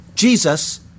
Jesus